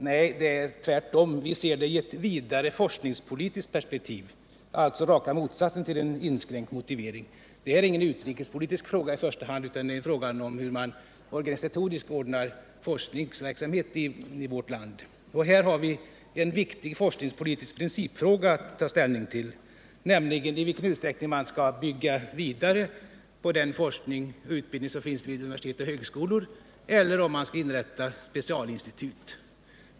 Nej, det är tvärtom så att vi ser frågan i ett vidare forskningspolitiskt perspektiv. Det är alltså raka motsatsen till en inskränkt motivering. Det här är inte i första hand en utrikespolitisk fråga, utan frågan gäller hur man organisatoriskt ordnar forskningsverksamhet i vårt land. Här har vi en viktig forskningspolitisk principfråga att ta ställning till, nämligen i vilken utsträckning man skall bygga vidare på den forskning och undervisning som bedrivs vid universitet och högskolor och i hur stor omfattning man skall inrätta specialinstitut.